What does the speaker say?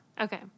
Okay